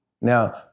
Now